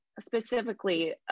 specifically